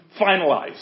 finalized